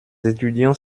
étudiants